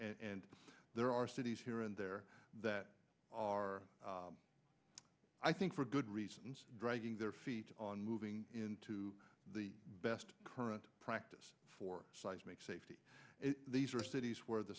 and there are cities here and there that are i think for good reasons dragging their feet on moving into the best current practice for seismic safety these are cities where the